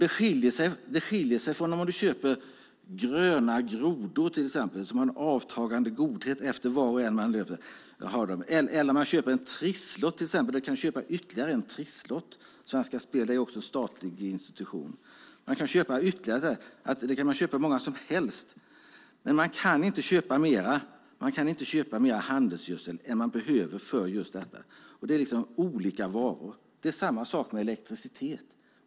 Att köpa handelsgödsel skiljer sig från att köpa gröna gelégrodor som har en avtagande godhet efter varje groda man äter eller trisslotter från statliga Svenska Spel som man kan köpa hur många som helst av. Man köper inte mer handelsgödsel än man behöver för sitt jordbruk. Det är alltså olika varor. Det är samma sak med elektricitet.